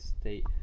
State